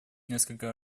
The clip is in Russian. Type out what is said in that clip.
несколько